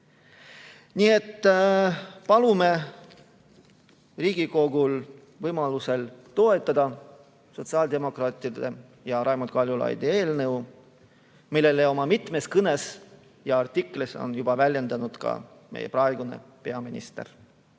Nii et palume Riigikogul võimaluse korral toetada sotsiaaldemokraatide ja Raimond Kaljulaidi eelnõu, millele oma mitmes kõnes ja artiklis on juba viidanud ka meie praegune peaminister.